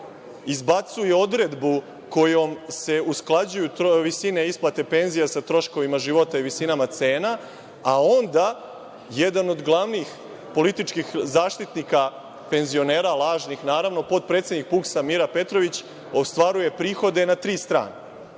izbacuje odredbu kojom se usklađuju visine isplata penzija sa troškovima života i visinama cena, a onda jedan od glavnijih političkih zaštitnika penzionera, lažnih, naravno, potpredsednik PUPS-a, Mira Petrović, ostvaruje prihode na tri strane. Dakle,